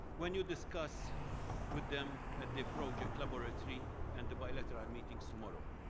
when you discuss with them ah the project laboratory and bilateral meetings tomorrow,